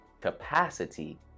capacity